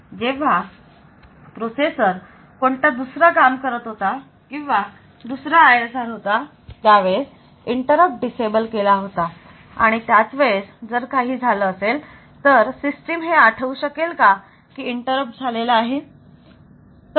जेव्हा प्रोसेसर कोणता दुसरा काम करत होता किंवा दुसरा ISR होता आणि त्यावेळेस इंटरप्ट डिसेबल केला होता आणि त्याच वेळेस जर काही झालं असेल तर सिस्टीम हे आठवू शकेल का की इंटरप्ट झालेला आहे